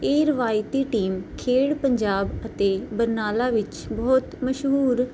ਇਹ ਰਿਵਾਇਤੀ ਟੀਮ ਖੇਡ ਪੰਜਾਬ ਅਤੇ ਬਰਨਾਲਾ ਵਿੱਚ ਬਹੁਤ ਮਸ਼ਹੂਰ